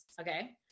Okay